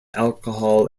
alcohol